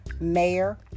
mayor